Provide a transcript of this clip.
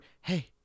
Hey